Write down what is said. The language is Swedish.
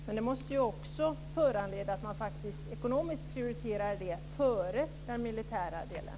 Men det måste föranleda att man faktiskt prioriterar den delen ekonomiskt före den militära delen.